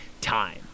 time